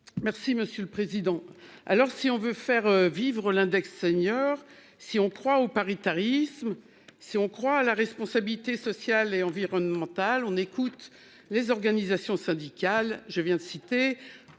Merci monsieur le président. Alors si on veut faire vivre l'index senior. Si on croit au paritarisme. Si on croit à la responsabilité sociale et environnementale. On écoute les organisations syndicales, je viens de citer